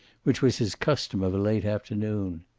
which was his custom of a late afternoon.